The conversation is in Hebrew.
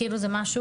כאילו זה משהו